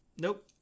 nope